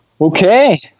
Okay